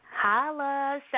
Holla